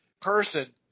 person